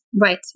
Right